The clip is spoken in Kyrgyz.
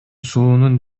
суунун